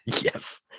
Yes